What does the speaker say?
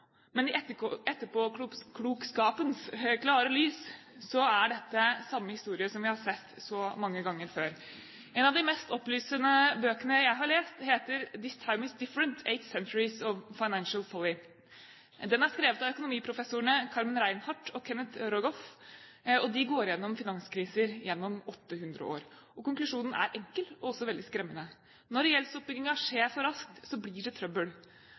men i etterpåklokskapens klare lys er dette samme historie som vi har sett så mange ganger før. En av de mest opplysende bøkene jeg har lest, heter «This Time Is Different: Eight Centuries of Financial Folly». Den er skrevet av økonomiprofessorene Carmen M. Reinhart og Kenneth Rogoff, og de går gjennom finanskriser gjennom 800 år. Konklusjonen er enkel og også veldig skremmende: Når gjeldsoppbyggingen skjer for raskt, blir det trøbbel.